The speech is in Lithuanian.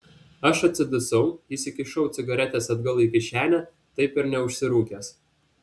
aš atsidusau įsikišau cigaretes atgal į kišenę taip ir neužsirūkęs